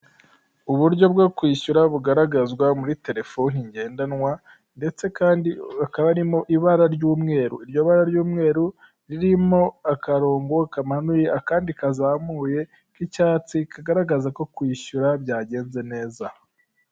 Uburyo bwo kwishyura bugaragazwa muri telefoni ngendanwa ndetse kandi hakaba harimo ibara ry'umweru, iryo bara ry'umweru ririmo akarongo kamanuye akandi kazamuye k'icyatsi kagaragaza ko kwishyura byagenze neza.